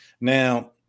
Now